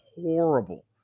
horrible